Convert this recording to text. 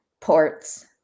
ports